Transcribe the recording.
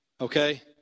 okay